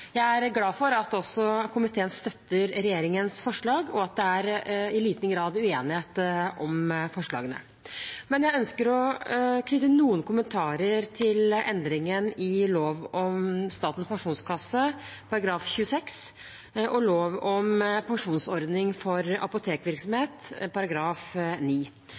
Jeg er glad for at komiteen støtter regjeringens forslag, og at det i liten grad er uenighet om forslagene. Jeg ønsker å knytte noen kommentarer til endringen i lov om Statens pensjonskasse § 26 og lov om pensjonsordning for apotekvirksomhet